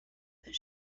but